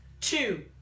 two